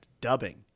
dubbing